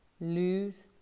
lose